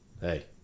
Hey